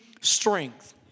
strength